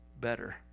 better